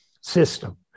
system